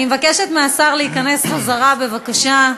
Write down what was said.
חבר הכנסת, אני מבקשת מהשר להיכנס חזרה, בבקשה.